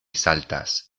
saltas